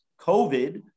COVID